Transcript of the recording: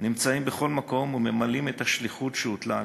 נמצאים בכל מקום וממלאים את השליחות שהוטלה עליהם: